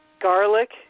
Garlic